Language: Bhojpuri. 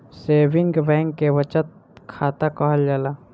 सेविंग बैंक के बचत खाता कहल जाला